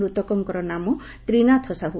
ମୃତକଙ୍କ ନାମ ତ୍ରିନାଥ ସାହୁ